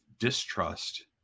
distrust